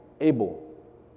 Abel